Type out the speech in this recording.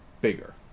bigger